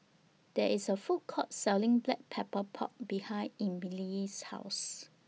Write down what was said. There IS A Food Court Selling Black Pepper Pork behind Emelie's House